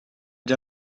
der